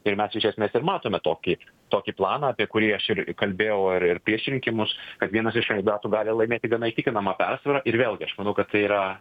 ir mes iš esmės ir matome tokį tokį planą apie kurį aš ir kalbėjau ir ir prieš rinkimus kad vienas iš kandidatų gali laimėti gana įtikinama persvara ir vėlgi aš manau kad tai yra